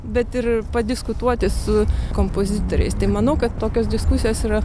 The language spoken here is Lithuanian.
bet ir padiskutuoti su kompozitoriais tai manau kad tokios diskusijos yra